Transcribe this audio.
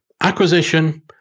acquisition